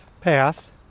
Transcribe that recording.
path